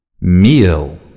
Meal